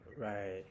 Right